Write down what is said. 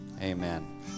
amen